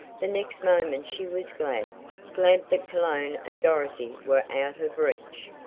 the next moment she was glad glad that cologne and dorothy were out of reach.